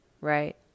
right